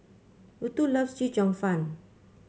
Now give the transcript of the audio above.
Rutha loves Chee Cheong Fun